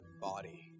body